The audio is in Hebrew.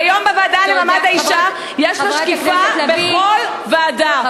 והיום בוועדה למעמד האישה יש משקיפה בכל ועדה.